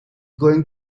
going